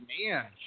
man